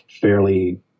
fairly